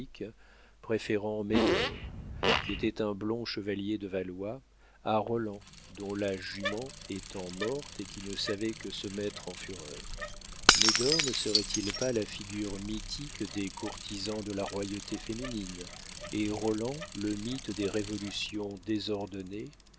préférant médor qui était un blond chevalier de valois à roland dont la jument était morte et qui ne savait que se mettre en fureur médor ne serait-il pas la figure mythique des courtisans de la royauté féminine et roland le mythe des révolutions désordonnées